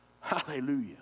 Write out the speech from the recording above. Hallelujah